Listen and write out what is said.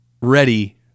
ready